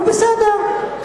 הוא בסדר,